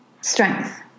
strength